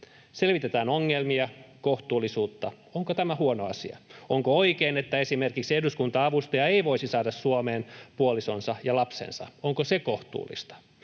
Selvitetään ongelmia, kohtuullisuutta. Onko tämä huono asia? Onko oikein, että esimerkiksi eduskunta-avustaja ei voisi saada Suomeen puolisoansa ja lastansa? Onko se kohtuullista?